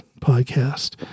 podcast